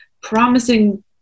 promising